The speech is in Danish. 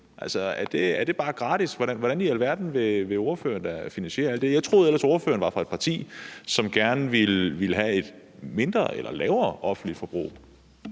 er det bare gratis? Hvordan i alverden vil ordføreren da finansiere alt det? Jeg troede ellers, at ordføreren var fra et parti, som gerne ville have et mindre eller lavere offentligt forbrug.